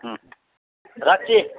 হুম রাখছি